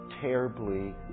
terribly